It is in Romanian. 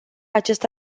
acest